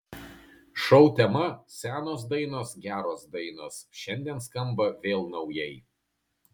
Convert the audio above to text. šou tema senos dainos geros dainos šiandien skamba vėl naujai